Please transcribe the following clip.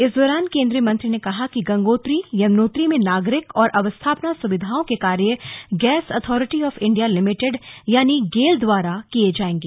इस दौरान केंद्रीय मंत्री ने कहा कि गंगोत्री यमुनोत्री में नागरिक और अस्थापना सुविधाओं के कार्य gas authority of India limited यानि गेल द्वारा किया जायेगा